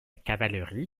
cavalerie